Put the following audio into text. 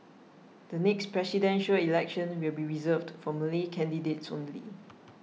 the next Presidential Election will be reserved for Malay candidates only